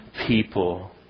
people